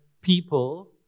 people